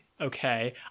okay